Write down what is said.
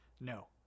No